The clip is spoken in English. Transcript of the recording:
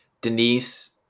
Denise